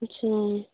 ꯑꯠꯁꯥ